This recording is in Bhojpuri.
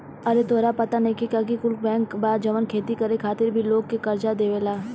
आरे तोहरा पाता नइखे का की कुछ बैंक बा जवन खेती करे खातिर भी लोग के कर्जा देवेला